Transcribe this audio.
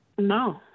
No